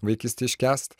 vaikystėj iškęst